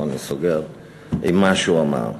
פה אני סוגר עם מה שהוא אמר.